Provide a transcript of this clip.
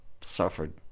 suffered